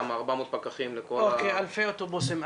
כי 400 פקחים לכל ה --- אלפי אוטובוסים.